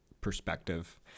perspective